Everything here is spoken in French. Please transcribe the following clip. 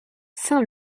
saint